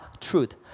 truth